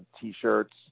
t-shirts